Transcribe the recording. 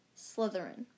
Slytherin